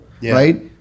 Right